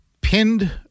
pinned